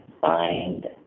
find